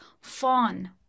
fawn